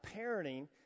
parenting